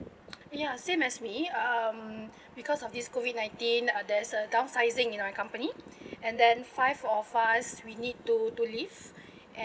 ya same as me um because of this COVID-nineteen uh there's a downsizing in our company and then five of us we need to to leave